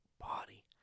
body